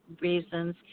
reasons